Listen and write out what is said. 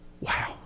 Wow